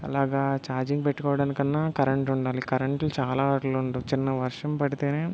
అలాగా ఛార్జింగ్ పెట్టుకోవడానికన్నా కరెంట్ ఉండాలి కరెంట్లు చాలా వాటిల్లో ఉండవు చిన్న వర్షం పడితేనే